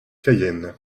cayenne